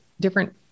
different